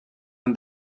and